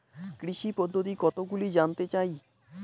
কৃষি পদ্ধতি কতগুলি জানতে চাই?